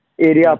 area